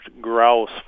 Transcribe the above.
grouse